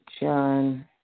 John